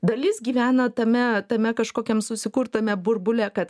dalis gyvena tame tame kažkokiam susikurtame burbule kad